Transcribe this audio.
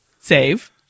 Save